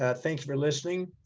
ah thanks for listening.